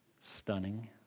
stunning